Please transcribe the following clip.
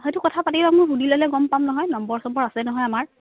সেইটো কথা পাতি ল'ম সুধি ল'লে গ'ম পাম নহয় নম্বৰ চম্বৰ আছে নহয় আমাৰ